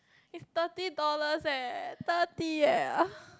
it's thirty dollars leh thirty leh